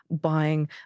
buying